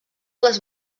les